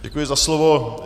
Děkuji za slovo.